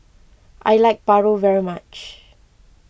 I like Paru very much